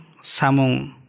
Samung